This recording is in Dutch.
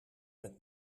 met